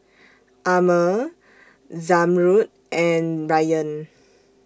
Ammir Zamrud and Ryan